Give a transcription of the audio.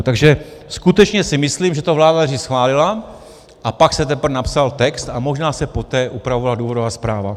Takže skutečně si myslím, že to vláda nejdřív schválila a pak se teprve napsal text a možná se poté upravovala důvodová zpráva.